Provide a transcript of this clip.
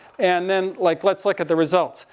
and then, like, let's look at the results.